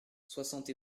soixante